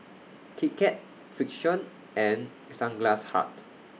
Kit Kat Frixion and Sunglass Hut